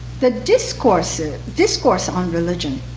the discourse ah discourse on religion,